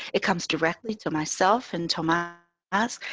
it comes directly to myself and to um ah ask,